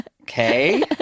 Okay